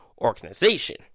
organization